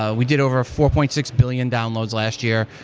ah we did over a four point six billion downloads last year,